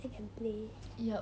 then can play